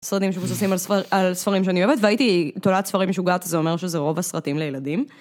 סרטים שמבוססים על ספרים שאני אוהבת, והייתי תולעת ספרים משוגעת, זה אומר שזה רוב הסרטים לילדים.